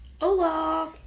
Hola